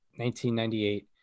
1998